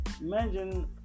Imagine